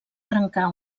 trencar